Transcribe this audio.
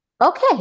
Okay